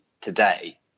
today